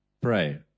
pray